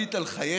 משפטית על חייך,